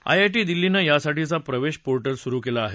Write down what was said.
IIT दिल्लीने यासाठीचा प्रवेश पोर्टल सुरू केलं आहे